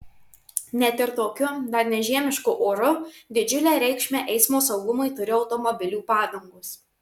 net ir tokiu dar ne žiemišku oru didžiulę reikšmę eismo saugumui turi automobilių padangos